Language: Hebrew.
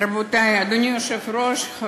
אדוני היושב-ראש, רבותי,